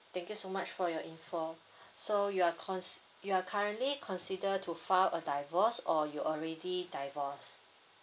thank you so much for your info so you're consi~ you are currently consider to file a divorce or you already divorce